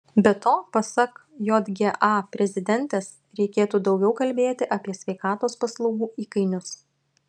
be to pasak jga prezidentės reikėtų daugiau kalbėti apie sveikatos paslaugų įkainius